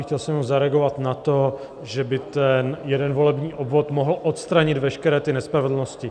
Chtěl jsem jenom zareagovat na to, že by ten jeden volební obvod mohl odstranit veškeré nespravedlnosti.